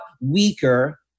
weaker